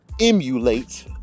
emulate